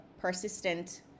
persistent